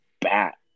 bat